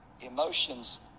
Emotions